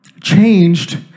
changed